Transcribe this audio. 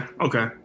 okay